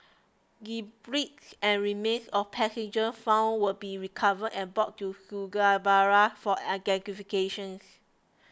debris and remains of passengers found will be recovered and brought to Surabaya for identifications